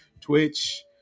Twitch